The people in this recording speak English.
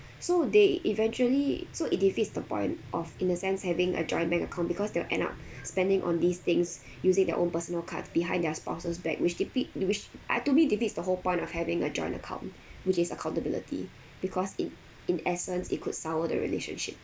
so they eventually so it defeats the point of in a sense having a joint bank account because they'll end up spending on these things using their own personal cards behind their spouses' back which defeat which I to me it defeats the whole point of having a joint account which is accountability because it in essence it could sour the relationship